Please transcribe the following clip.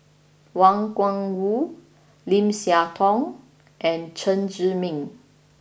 Wang Gungwu Lim Siah Tong and Chen Zhiming